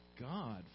God